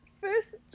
first